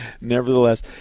Nevertheless